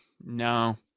No